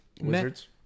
Wizards